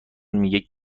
میگه